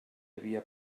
havia